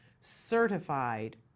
Certified